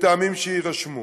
בטעמים שיירשמו.